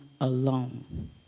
alone